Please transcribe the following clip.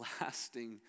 lasting